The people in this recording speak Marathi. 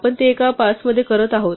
आपण ते एका पासमध्ये करत आहोत